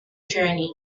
journey